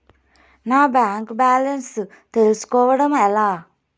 నా bank balance తెలుస్కోవడం ఎలా?